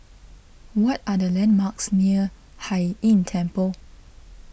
what are the landmarks near Hai Inn Temple